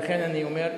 ולכן אני אומר,